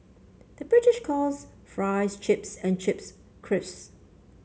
the British calls fries chips and chips crisps